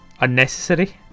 Unnecessary